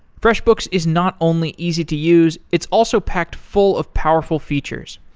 freshbooks is not only easy to use, it's also packed full of powerful features.